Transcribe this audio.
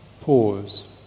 pause